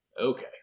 Okay